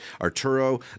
Arturo